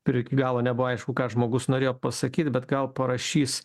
ir iki galo nebuvo aišku ką žmogus norėjo pasakyt bet gal parašys